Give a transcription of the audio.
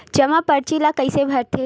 जमा परची ल कइसे भरथे?